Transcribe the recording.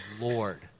Lord